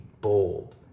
bold